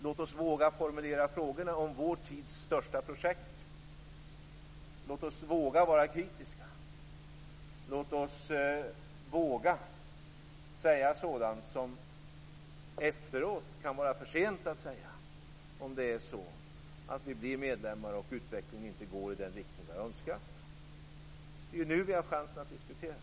Låt oss våga formulera frågorna om vår tids största projekt. Låt oss våga vara kritiska. Låt oss våga säga sådant som det efteråt kan vara för sent att säga, om vi blir medlemmar och utvecklingen inte går i den riktning som vi hade önskat. Det är nu som man har chansen att diskutera.